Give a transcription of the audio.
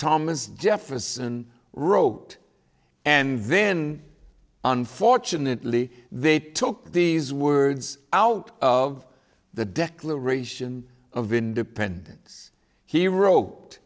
thomas jefferson wrote and then unfortunately they took these words out of the declaration of independence he